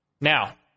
Now